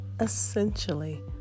essentially